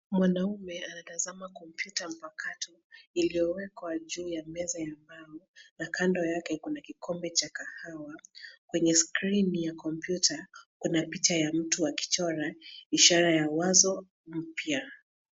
Mwanaume anatazama kompyuta mpakato iliyowekwa juu ya meza iliyopambwa na kando yake kuna kikombe cha kahawa. Kwenye skrini ya kompyuta kuna picha ya mtu akichora ishara ya wazo mya.